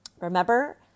Remember